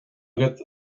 agaibh